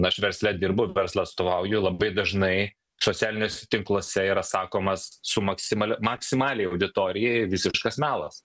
aš versle dirbu verslą atstovauju labai dažnai socialiniuose tinkluose yra sakomas su maksimalia maksimaliai auditorijai visiškas melas